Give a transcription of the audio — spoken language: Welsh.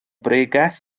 bregeth